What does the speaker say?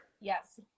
yes